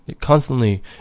constantly